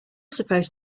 supposed